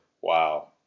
Wow